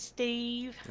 Steve